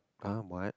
ah what